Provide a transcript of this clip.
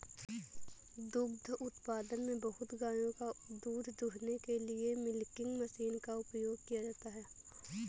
दुग्ध उत्पादन में बहुत गायों का दूध दूहने के लिए मिल्किंग मशीन का उपयोग किया जाता है